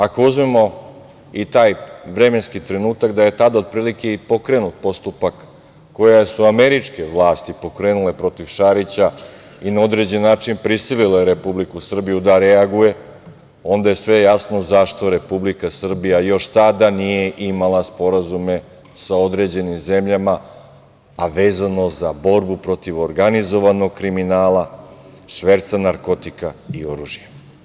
Ako uzmemo i taj vremenski trenutak da je tada otprilike i pokrenut postupak, koje su američke vlasti pokrenule protiv Šarića, i na određeni način prisilile Republiku Srbiju da reaguje, onda je sve jasno zašto Republika Srbija još tada nije imala sporazume sa određenim zemljama a vezano za borbu protiv organizovanog kriminala, šverca narkotika i oružja.